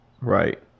Right